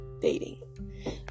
dating